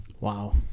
Wow